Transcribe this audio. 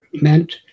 meant